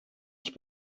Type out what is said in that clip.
ich